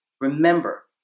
Remember